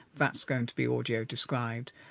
that's going to be audio-described.